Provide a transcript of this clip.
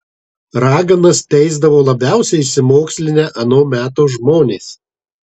raganas teisdavo labiausiai išsimokslinę ano meto žmonės